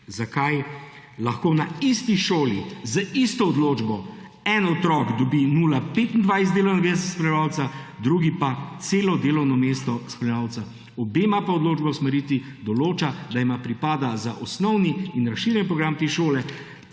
zakaj lahko na isti šoli z isto odločbo en otrok dobi 0,25 delovnega mesta spremljevalca, drugi pa celo delovno mesto spremljevalca. Obema pa odločba o usmeritvi določa, da jima pripada za osnovni in razširjen program te